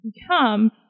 become